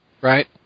Right